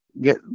get